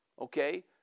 okay